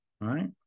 Right